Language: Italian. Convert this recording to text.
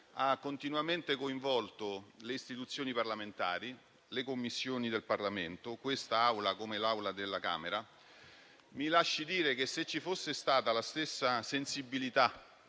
ha continuamente coinvolto le istituzioni parlamentari, le Commissioni del Parlamento, questa Assemblea come anche quella della Camera dei deputati. Mi lasci dire che se ci fosse stata la stessa sensibilità